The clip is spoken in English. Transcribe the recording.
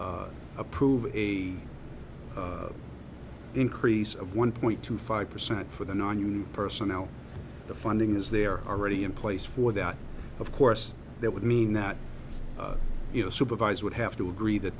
we approve a increase of one point two five percent for the nonunion personnel the funding is there already in place for that of course that would mean that you know supervisor would have to agree that